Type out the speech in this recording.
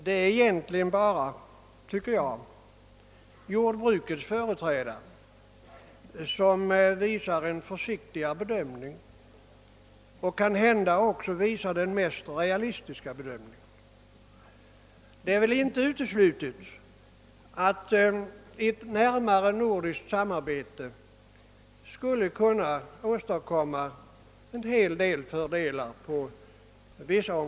Det är egentligen bara jordbrukets företrädare som visar en försiktigare bedömning — och kanske den mest realistiska bedömningen. Det råder ingen tvekan om att ett närmare nordiskt samarbete på vissa områden skulle kunna åstadkomma en hel del fördelar.